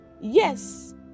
Yes